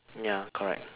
ya correct